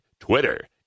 Twitter